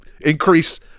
increase